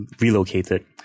relocated